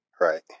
Right